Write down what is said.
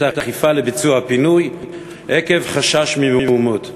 האכיפה לביצוע הפינוי עקב חשש ממהומות.